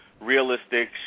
realistic